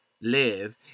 Live